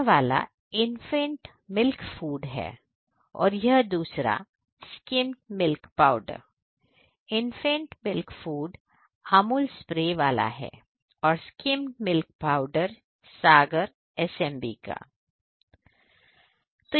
यह वाला infant milk food है और यह दूसरा वाला स्किम मिल्क पाउडर है infant milk food Amul spray वाला है और skim milk powder Sagar SMB का है